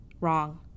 wrong